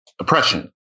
oppression